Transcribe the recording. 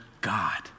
God